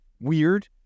weird